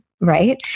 right